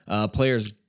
players